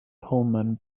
pullman